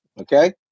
Okay